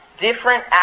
different